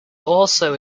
also